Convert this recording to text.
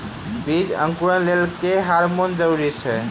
बीज अंकुरण लेल केँ हार्मोन जरूरी छै?